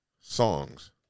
songs